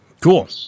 Cool